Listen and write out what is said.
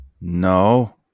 No